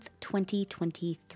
2023